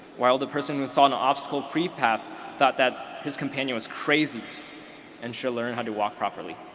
while the person who saw an obstacle free path thought that his companion was crazy and should learn how to walk properly.